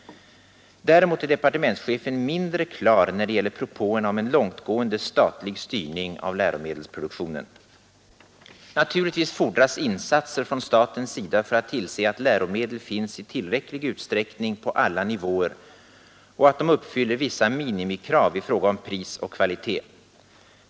Däremot är departementschefen mindre klar i sina uttalanden när det gäller propåerna om en långtgående statlig styrning av läromedelsproduktionen. Naturligtvis fordras insatser från statens sida för att tillse att läromedel finns i tillräcklig utsträckning på alla nivåer och att de uppfyller vissa minimikrav i fråga om pris och kvalitet.